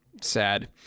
sad